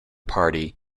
party